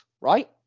right